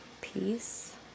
peace